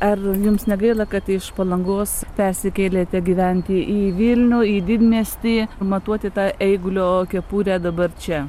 ar jums negaila kad iš palangos persikėlėte gyventi į vilnių į didmiestį matuoti tą eigulio kepurę dabar čia